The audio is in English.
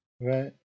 right